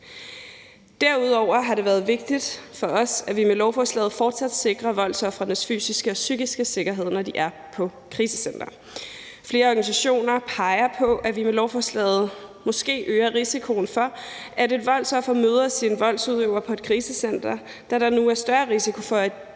Derudover har det været vigtigt for os, at vi med lovforslaget fortsat sikrer voldsofrenes fysiske og psykiske sikkerhed, når de er på krisecenteret. Flere organisationer peger på, at vi med lovforslaget måske øger risikoen for, at et voldsoffer møder sin voldsudøver på et krisecenter, da der nu er større risiko for, at